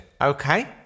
Okay